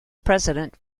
president